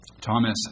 Thomas